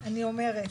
אני אומרת,